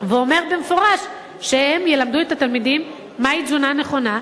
ואומר במפורש שהם ילמדו את התלמידים מהי תזונה נכונה,